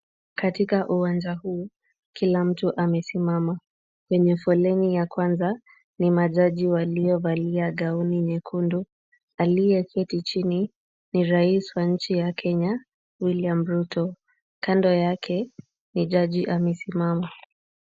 Katika uwanja huu, kila mtu amesimama. Kwenye foleni ya kwanza ni majaji waliovalia gauni nyekundu. Aliye keti chini ni rais wa nchi ya Kenya, William Ruto. Kando yake ni jaji amesimama.